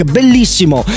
Bellissimo